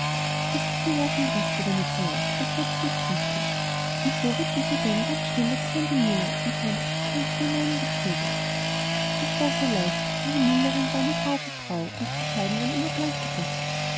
das ist mir ja schon recht lieber nikolaus antwortete das christkind und so ritten sie denn ganz stille bis an die mühle und sahen durch das fenster hinein in die stube das war sehr leicht denn die müllerin war eine brave frau und die scheiben waren immer